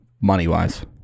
Money-wise